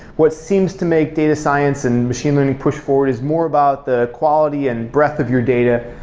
what seems to make data science and machine learning push forward is more about the quality and breadth of your data,